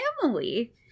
family